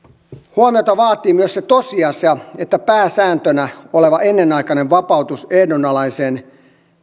huomiota vaatii myös se tosiasia että pääsääntönä oleva ennenaikainen vapautus ehdonalaiseen